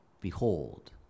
Behold